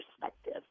perspective